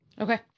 Okay